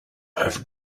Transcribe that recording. over